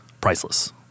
priceless